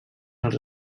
als